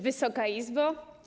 Wysoka Izbo!